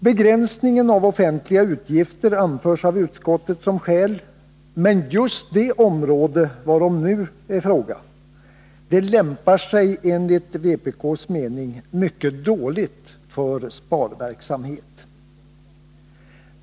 Begränsningen av offentliga utgifter anförs av utskottet som skäl, men just det område varom nu är fråga lämpar sig enligt vpk:s mening mycket dåligt för sparverksamhet.